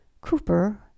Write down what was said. Cooper